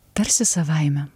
tarsi savaime